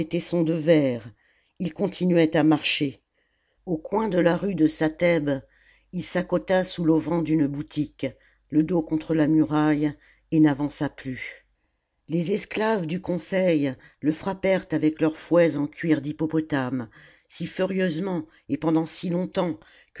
tessons de verre il continuait à marcher au coin de la rue de satheb il s'accota sous l'auvent d'une boutique le dos contre la muraille et n'avança plus les esclaves du conseil le frappèrent avec leurs fouets en cuir d'hippopotame si furieusement et pendant si longtemps